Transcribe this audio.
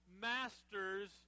masters